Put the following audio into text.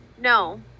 No